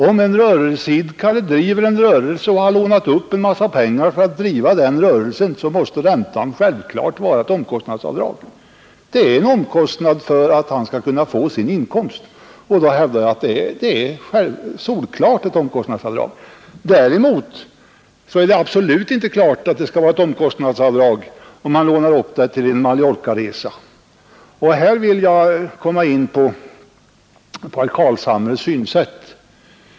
Om en rörelseidkare lånar upp en massa pengar för att driva sin rörelse, måste räntan självklart vara en omkostnad för att han skall kunna skaffa sig sin inkomst. Däremot är det inte givet att räntan på lån till en Mallorcaresa skall betraktas som omkostnad. Här vill jag komma in på herr Carlshamres synsätt.